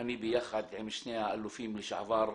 אני ביחד עם שני האלופים לשעבר,